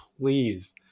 please